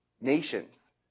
nations